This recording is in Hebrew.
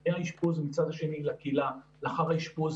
לפני האשפוז ומצד שני לקהילה לאחר האשפוז,